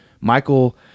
Michael